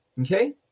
okay